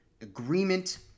agreement